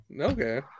okay